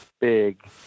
big